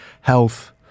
health